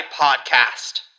Podcast